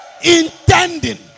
Intending